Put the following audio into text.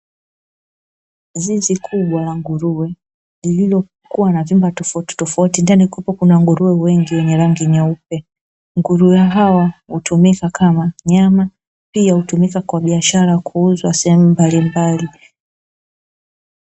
Zizi kubwa la nguruwe lililokuwa na vyumba tofauti tofauti, ndani kukiwa na nguruwe wengi wenye rangi nyeupe. Nguruwe hao hutumika kama nyama pia hutumika kwa biashara ya kuuzwa sehemu mbalimbali.